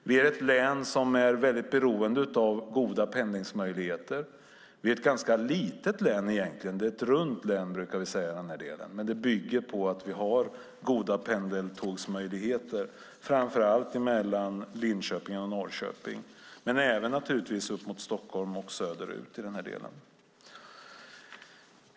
Vi är ett län som är väldigt beroende av goda pendlingsmöjligheter. Vi är egentligen ett ganska litet län. Vi brukar säga att det är ett runt län. Det bygger på att vi har goda pendeltågsmöjligheter, framför allt mellan Linköping och Norrköping men också upp mot Stockholm och söderut.